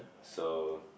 so